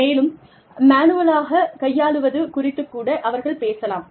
மேலும் மேனுவலாக கையாளுவது குறித்துக் கூட அவர்கள் பேசலாம்